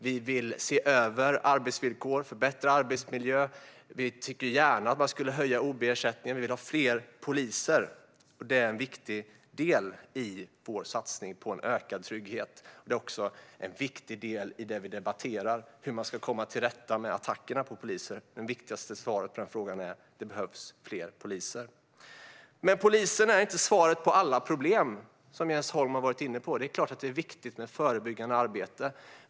Vi vill se över arbetsvillkor och förbättra arbetsmiljö. Vi ser gärna att ob-ersättningen höjs, och vi vill ha fler poliser. Det är en viktig del i vår satsning på en ökad trygghet. Det är också en viktig del i det vi debatterar, nämligen hur man ska komma till rätta med attackerna på polisen. Det viktigaste svaret är: Det behövs fler poliser. Polisen är inte svaret på alla problem, som Jens Holm var inne på. Givetvis är det viktigt med förebyggande arbete.